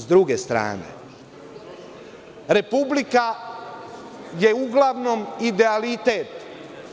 Sa druge strane, Republika je uglavnom idealitet